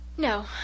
No